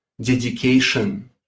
dedication